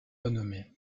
renommée